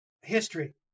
history